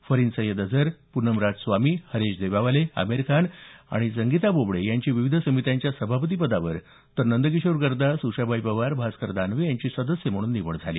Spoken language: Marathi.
फरहीन सय्यद अजहर पूनम राज स्वामी हरेश देवावाले आमेरखान आणि संगीता बोबडे यांची विविध समित्यांच्या सभापतीपदावर तर नंदकिशोर गरदास उषाबाई पवार भास्कर दानवे यांची सदस्य म्हणून निवड करण्यात आली